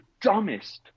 dumbest